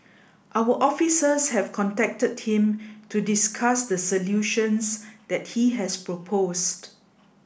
our officers have contacted him to discuss the solutions that he has proposed